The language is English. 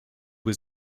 was